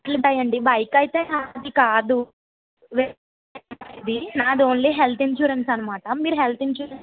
ఇట్లుంటాయండి bike అయితే నాది కాదు వేరే వాళ్ళది నాది ఓన్లీ హెల్త్ ఇన్సూరెన్స్ అన్నమాట మీరు హెల్త్ ఇన్సూరెన్స్